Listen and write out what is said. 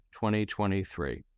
2023